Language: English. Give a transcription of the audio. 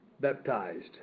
baptized